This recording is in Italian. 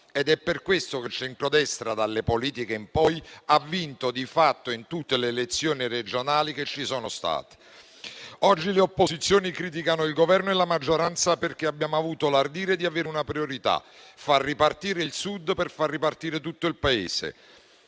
È per questo che il centrodestra, dalle elezioni politiche in poi, ha vinto di fatto in tutte le elezioni regionali che ci sono state. Oggi le opposizioni criticano il Governo e la maggioranza perché abbiamo avuto l'ardire di avere una priorità: far ripartire il Sud per far ripartire tutto il Paese.